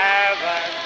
heaven